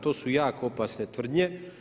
To su jako opasne tvrdnje.